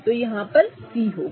तो C यहाँ होगा